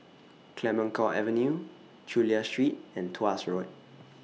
Clemenceau Avenue Chulia Street and Tuas Road